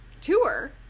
tour